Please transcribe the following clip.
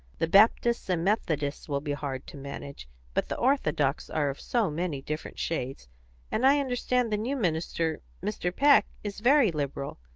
the baptists and methodists will be hard to manage but the orthodox are of so many different shades and i understand the new minister, mr. peck, is very liberal.